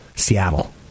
Seattle